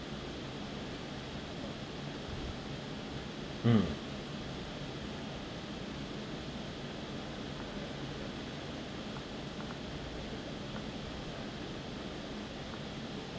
mm